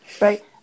right